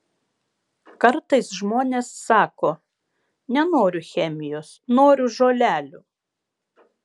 kartais žmonės sako nenoriu chemijos noriu žolelių